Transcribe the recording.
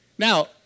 Now